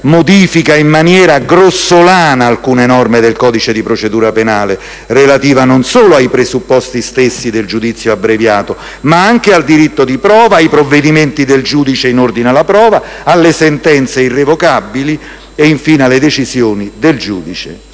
modifica in maniera grossolana alcune norme del codice di procedura penale relative non solo ai presupposti stessi del giudizio abbreviato, ma anche al diritto di prova, ai provvedimenti del giudice in ordine alle prove, alle sentenze irrevocabili e, infine, alle decisioni del giudice